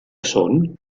són